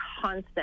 constant